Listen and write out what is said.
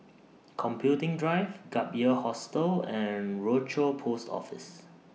Computing Drive Gap Year Hostel and Rochor Post Office